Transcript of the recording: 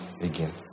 again